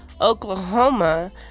Oklahoma